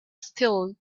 still